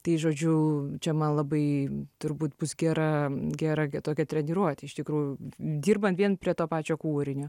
tai žodžiu čia man labai turbūt bus gera gera tokia treniruotė iš tikrųjų dirbant vien prie to pačio kūrinio